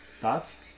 thoughts